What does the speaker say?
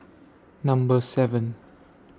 Number seven